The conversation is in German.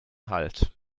halt